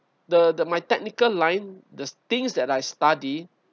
the the my technical line the things that I study